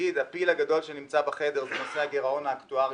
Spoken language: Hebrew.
הפיל הגדול שנמצא בחדר זה נושא הגירעון האקטוארי